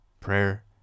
Prayer